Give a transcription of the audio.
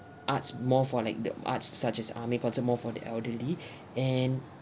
arts more for like the arts such as amei concert more for the elderly and